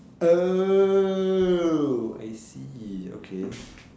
oh I see okay